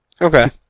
Okay